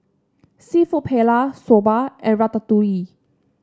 seafood Paella Soba and Ratatouille